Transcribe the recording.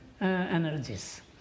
energies